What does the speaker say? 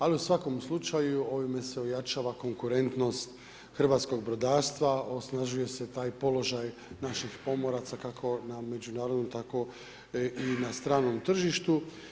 Ali u svakom slučaju ovime se ojačava konkurentnost hrvatskog brodarstva, osnažuje se taj položaj naših pomoraca kako na međunarodnom tako i na stranom tržištu.